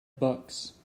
box